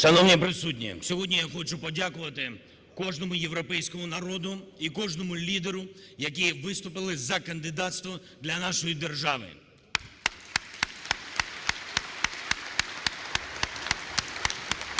Шановні присутні, сьогодні я хочу подякувати кожному європейському народу і кожному лідеру, які виступили за кандидатство для нашої держави. (Оплески)